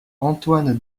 antoine